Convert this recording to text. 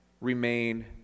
remain